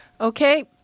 Okay